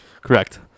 Correct